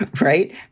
right